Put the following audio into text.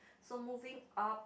so moving up